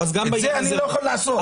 את זה אני לא יכול לעשות.